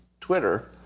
Twitter